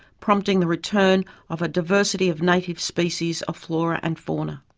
prompting the return of a diversity of native species of flora and fauna.